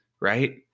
right